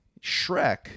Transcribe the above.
Shrek